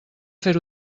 fer